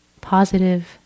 positive